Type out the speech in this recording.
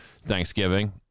Thanksgiving